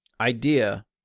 idea